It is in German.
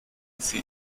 sie